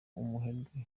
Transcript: umuherwe